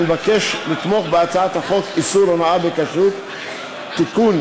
אני מבקש לתמוך בהצעת חוק איסור הונאה בכשרות (תיקון,